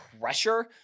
pressure